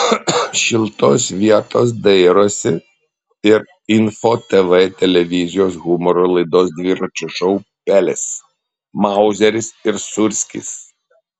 šiltos vietos dairosi ir info tv televizijos humoro laidos dviračio šou pelės mauzeris ir sūrskis